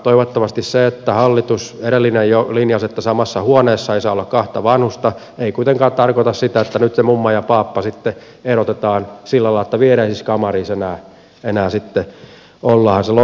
toivottavasti se kun jo edellinen hallitus linjasi että samassa huoneessa ei saa olla kahta vanhusta ei kuitenkaan tarkoita sitä että nyt ne mummo ja paappa sitten erotetaan sillä lailla että viereisissä kamareissa sitten ollaan se loppuaika